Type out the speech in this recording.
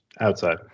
Outside